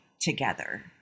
together